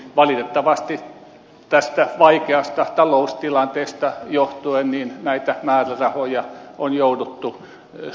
valitettavasti vaikeasta taloustilanteesta johtuen näitä määrärahoja on jouduttu myös